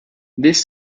this